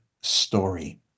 story